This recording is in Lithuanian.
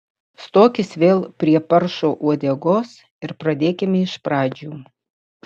stokis vėl prie paršo uodegos ir pradėkime iš pradžių